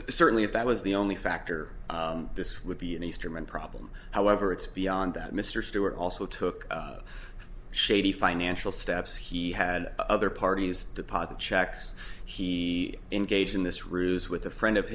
but certainly if that was the only factor this would be an eastern problem however it's beyond that mr stewart also took shady financial steps he had other parties deposit checks he engaged in this ruse with a friend of